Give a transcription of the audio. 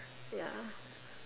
ya